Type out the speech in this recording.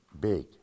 big